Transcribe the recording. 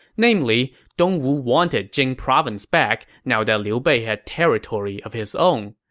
namely, dongwu wanted jing province back now that liu bei had territory of his own,